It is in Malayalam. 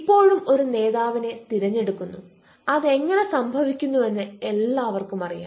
ഇപ്പോഴും ഒരു നേതാവിനെ തിരഞ്ഞെടുക്കുന്നു അത് എങ്ങനെ സംഭവിക്കുന്നുവെന്ന് എല്ലാവർക്കും അറിയാം